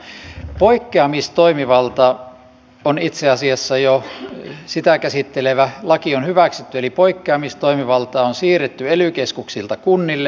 poikkeamistoimivaltaa käsittelevä laki on itse asiassa jo hyväksytty eli poikkeamistoimivalta on siirretty ely keskuksilta kunnille